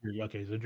Okay